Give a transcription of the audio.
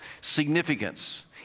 Significance